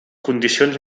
condicions